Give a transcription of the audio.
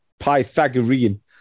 Pythagorean